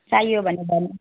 चाहियो भने भन्नु